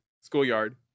Schoolyard